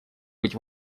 быть